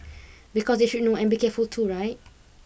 because they should know and be careful too right